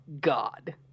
god